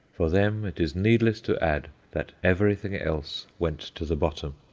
for them it is needless to add that everything else went to the bottom.